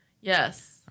Yes